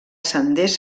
senders